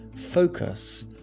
focus